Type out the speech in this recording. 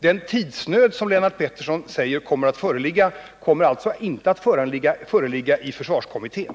Den tidsnöd som Lennart Pettersson talar om kommer alltså inte att föreligga i försvarskommittén.